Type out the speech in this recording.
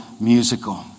Musical